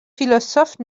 philosophes